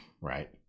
Right